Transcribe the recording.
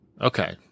Okay